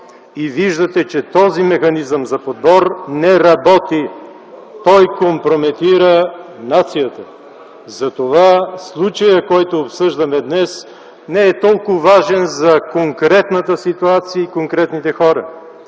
и виждате, че този механизъм за подбор не работи. Той компрометира нацията. Затова случаят, който осъждаме днес, не е толкова важен за конкретната ситуация и конкретните хора,